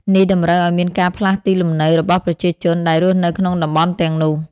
នេះតម្រូវឱ្យមានការផ្លាស់ទីលំនៅរបស់ប្រជាជន ដែលរស់នៅក្នុងតំបន់ទាំងនោះ។